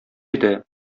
иде